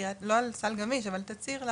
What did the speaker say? לא על סל גמיש אבל על תצהיר לארנונה,